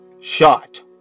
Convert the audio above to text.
shot